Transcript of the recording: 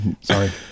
Sorry